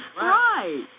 Right